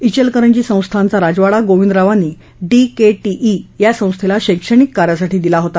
चेलकरंजी संस्थानचा राजवाडा गोविंदरावांनी यांनी डीकेटीई या संस्थेला शैक्षणिक कार्यासाठी दिला होता